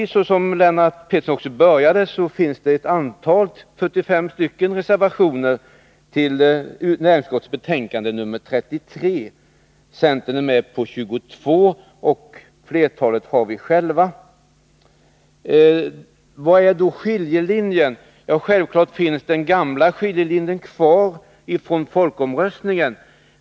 Som Lennart Pettersson inledde sitt anförande med, finns det hela 45 reservationer till näringsutskottets betänkande nr 33. Centern är med på 22 av dem. De flesta av dessa är vi ensamma om. Vilken är då skiljelinjen? Självfallet finns den gamla skiljelinjen kvar från folkomröstningen.